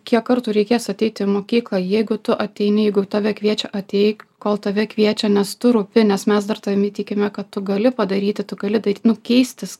kiek kartų reikės ateiti į mokyklą jeigu tu ateini jeigu tave kviečia ateik kol tave kviečia nes tu rūpi nes mes dar tavimi tikime kad tu gali padaryti tu gali nu keistis